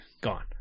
gone